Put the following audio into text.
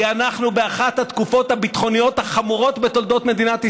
כי אנחנו באחת התקופות הביטחוניות החמורות בתולדות מדינת ישראל.